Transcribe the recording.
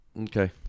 okay